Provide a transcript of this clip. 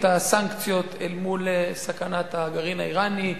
הסנקציות אל מול סכנת הגרעין האירני,